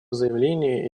заявление